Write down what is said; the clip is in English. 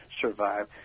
survive